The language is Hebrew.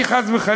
אני, חס וחלילה,